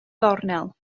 gornel